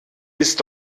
ist